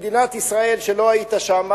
במדינת ישראל שלא היית בה.